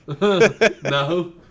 No